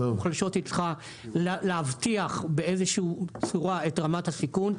מוחלשות היא צריכה להבטיח באיזה שהיא צורה את רמת הסיכון,